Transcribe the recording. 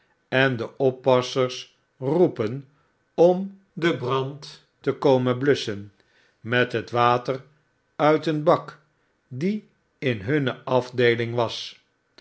en de oppassers roepen om den brand te komen blusschen met het water uit een bak die in hunne afdeeling was